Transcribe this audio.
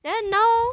then now